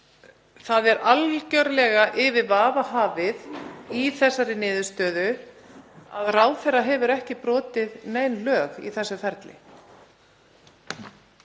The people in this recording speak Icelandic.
Það er algjörlega yfir vafa hafið í þessari niðurstöðu að ráðherra hefur ekki brotið nein lög í þessu ferli.